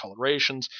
colorations